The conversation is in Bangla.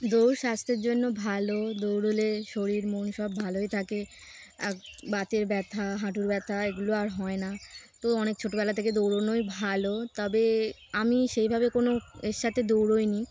দৌড় স্বাস্থ্যের জন্য ভালো দৌড়লে শরীর মন সব ভালোই থাকে আর বাতের ব্যথা হাঁটুর ব্যথা এগুলো আর হয় না তো অনেক ছোটোবেলা থেকে দৌড়নোই ভালো তবে আমি সেইভাবে কোনো এর সাথে দৌড়ইনি